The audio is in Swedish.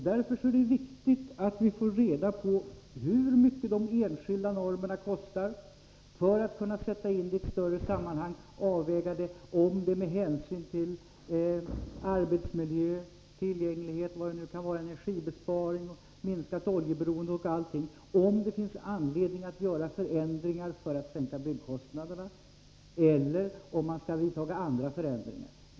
Därför är det viktigt att vi får reda på hur mycket de olika normerna kostar, för att kunna sätta in det i ett större sammanhang och göra avvägningen om det med hänsyn till arbetsmiljö, tillgänglighet, energibesparing, minskat oljeberoende och annat finns anledning att göra förändringar för att sänka byggkostnaderna eller om man skall vidta andra åtgärder.